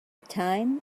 time